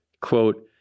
quote